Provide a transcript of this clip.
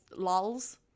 lols